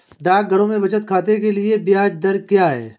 डाकघरों में बचत खाते के लिए ब्याज दर क्या है?